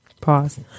Pause